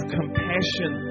compassion